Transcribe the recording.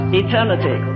eternity